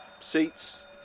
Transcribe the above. seats